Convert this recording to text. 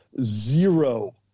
zero